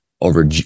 over